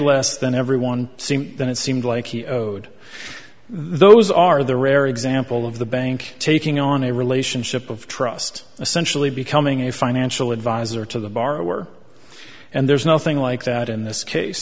less than everyone seemed that it seemed like he owed those are the rare example of the bank taking on a relationship of trust essentially becoming a financial advisor to the borrower and there's nothing like that in this case